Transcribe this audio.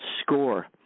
score